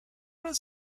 does